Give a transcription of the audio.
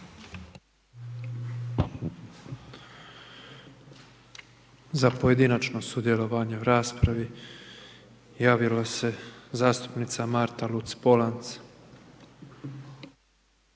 Za pojedinačno sudjelovanje u raspravi, javila se zastupnica Marta Luc -Polanc.